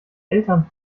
eltern